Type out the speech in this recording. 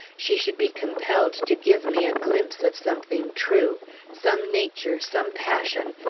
she should be compelled to give me a glimpse of something true some nature, some passion,